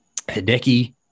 Hideki